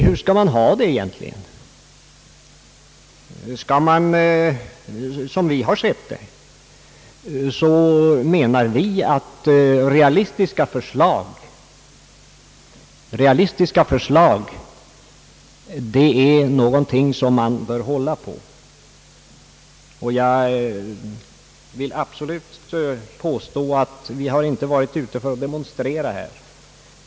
Hur skall man ha det egentligen? Såsom vi har sett det hela menar vi att realistiska förslag är någonting som man bör sträva efter. Jag vill absolut göra gällande, att vi inte har varit ute för att demonstrera.